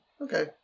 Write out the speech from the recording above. okay